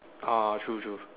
ah true true